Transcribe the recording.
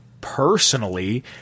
personally